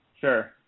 Sure